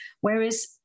Whereas